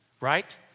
right